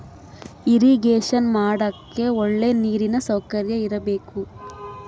irrigation ಮಾಡಕ್ಕೆ ಒಳ್ಳೆ ನೀರಿನ ಸೌಕರ್ಯ ಇರಬೇಕು